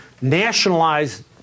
nationalize